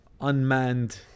unmanned